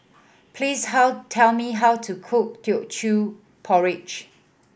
please how tell me how to cook Teochew Porridge